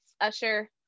usher